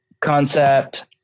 concept